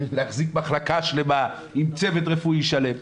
להחזיק מחלקה שלמה עם צוות רפואי שלם.